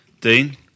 Dean